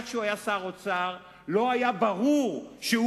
עד שהוא היה שר האוצר לא היה ברור שהוא